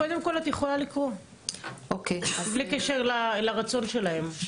קודם כל, את יכולה לקרוא גם בלי קשר לרצון שלהם.